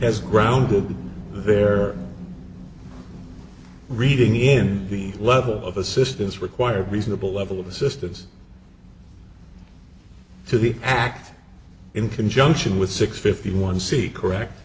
as ground zero there reading in the level of assistance required a reasonable level of assistance to the act in conjunction with six fifty one c correct